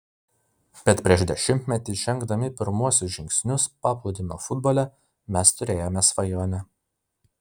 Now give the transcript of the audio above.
bet prieš dešimtmetį žengdami pirmuosius žingsnius paplūdimio futbole mes turėjome svajonę